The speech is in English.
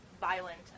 violent